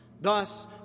Thus